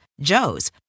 Joe's